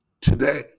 today